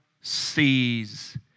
sees